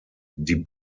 die